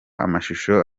amashusho